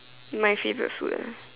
my favorite food ah